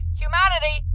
humanity